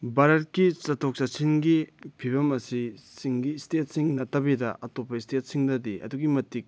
ꯚꯥꯔꯠꯀꯤ ꯆꯠꯊꯣꯛ ꯆꯠꯁꯤꯡꯒꯤ ꯐꯤꯕꯝ ꯑꯁꯤ ꯆꯤꯡꯒꯤ ꯏꯁꯇꯦꯠꯁꯤꯡ ꯅꯠꯇꯕꯤꯗ ꯑꯇꯣꯞꯄ ꯁ꯭ꯇꯦꯠꯁꯤꯡꯗꯗꯤ ꯑꯗꯨꯛꯀꯤꯃꯇꯤꯛ